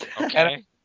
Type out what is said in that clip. Okay